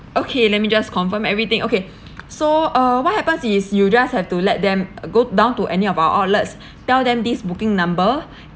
okay let me just confirm everything okay so uh what happen is you just have to let them go down to any of our outlets tell them this booking number